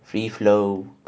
free flow